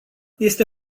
este